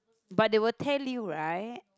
but they will tell you right